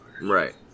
right